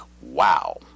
wow